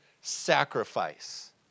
sacrifice